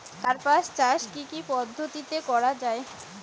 কার্পাস চাষ কী কী পদ্ধতিতে করা য়ায়?